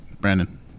brandon